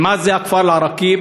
ומה זה הכפר אל-עראקיב?